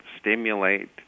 stimulate